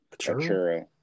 churro